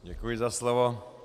Děkuji za slovo.